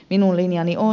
minun linjani on